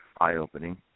eye-opening